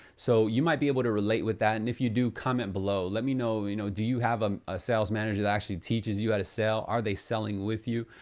so you might be able to relate with that and if you do, comment below. let me know, you know do you have um a sales manager that actually teaches you how to sell? are they selling with you?